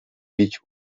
bić